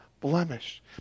blemish